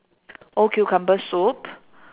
old cucumber soup